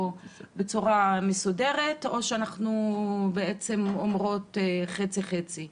בצורה מסודרת או שאנחנו אומרות חצי-חצי.